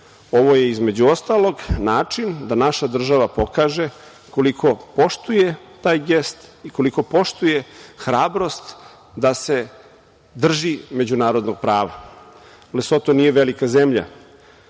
Ovo je između ostalog način da naša država pokaže koliko poštuje taj gest i koliko poštuje hrabrost da se drži međunarodnog prava. Lesoto nije velika zemlja.